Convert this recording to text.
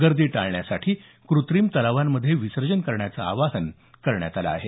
गर्दी टाळण्यासाठी कृत्रिम तलावांमधे विसर्जन करण्याचं आवाहन करण्यात आलं आहे